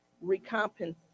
recompense